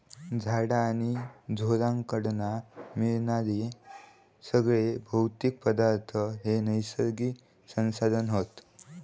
झाडा आणि ढोरांकडना मिळणारे सगळे भौतिक पदार्थ हे नैसर्गिक संसाधन हत